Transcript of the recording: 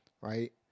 Right